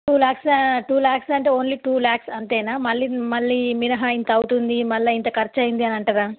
two లాక్సా two lakhs అంటే only two lakhs అంతేనా మళ్ళీ మళ్ళీ మినహా ఇంత అవుతుంది మళ్ళా ఇంత ఖర్చయింది అనంటారా